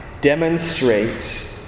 demonstrate